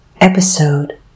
episode